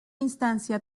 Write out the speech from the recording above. instancia